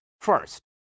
First